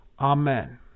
Amen